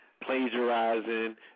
plagiarizing